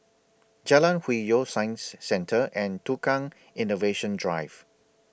Jalan Hwi Yoh Science Centre and Tukang Innovation Drive